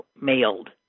mailed